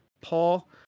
Paul